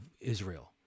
Israel